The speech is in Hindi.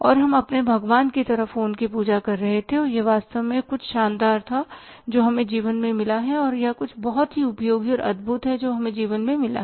और हम अपने भगवान की तरह फोन की पूजा कर रहे थे और यह वास्तव में कुछ शानदार था जो हमें जीवन में मिला है या कुछ बहुत ही उपयोगी और अद्भुत है जो हमें जीवन में मिला है